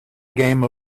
game